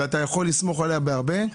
ואתה יכול לסמוך עליה בהרבה דברים,